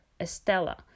Estella